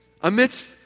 amidst